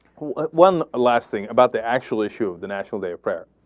one last thing about the actual issue of the national day of prayer,